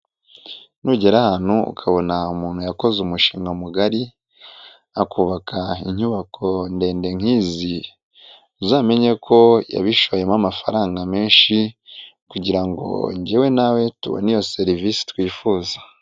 Nugera ahantu ukabona umuntu yakoze umushinga mugari akubaka inyubako ndende nk'izi uzamenye ko yabishoyemo amafaranga menshi kugira ngo njyewe nawe tubone iyo serivisi twifuza.